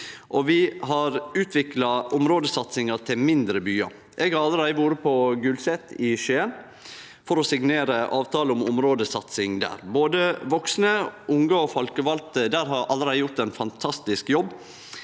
vi har utvikla områdesatsinga til mindre byar. Eg har allereie vore på Gulset i Skien for å signere avtale om områdesatsing der. Både vaksne, unge og folkevalde der har allereie gjort ein fantastisk jobb